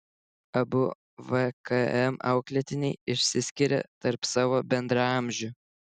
abu vkm auklėtiniai išsiskiria tarp savo bendraamžių